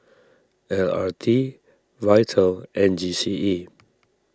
L R T Vital and G C E